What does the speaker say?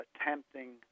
attempting